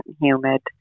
humid